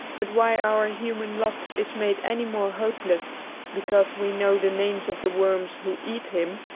but why our human lot is made any more hopeless because we know the names of the worms who eat him,